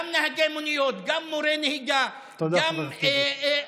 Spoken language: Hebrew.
גם נהגי מוניות, גם מורי נהיגה, גם אומנות,